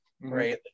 right